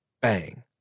bang